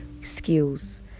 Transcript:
skills